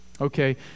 Okay